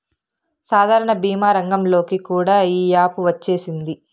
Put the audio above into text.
సాధారణ భీమా రంగంలోకి కూడా ఈ యాపు వచ్చేసింది